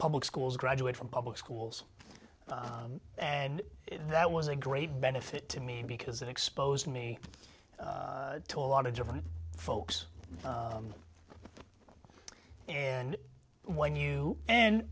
public schools graduate from public schools and that was a great benefit to me because it exposed me to a lot of different folks and when you and